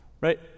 Right